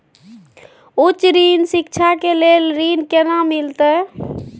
उच्च शिक्षा के लेल ऋण केना मिलते?